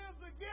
again